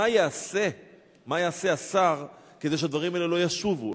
מה יעשה השר כדי שהדברים האלה לא ישובו,